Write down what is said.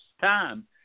time